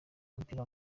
w’umupira